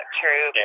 true